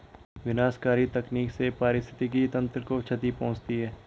विनाशकारी तकनीक से पारिस्थितिकी तंत्र को क्षति पहुँचती है